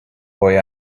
boy